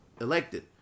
elected